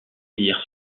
hier